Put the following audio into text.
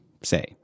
say